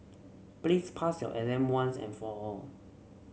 please pass your exam once and for all